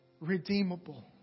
redeemable